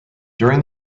during